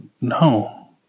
No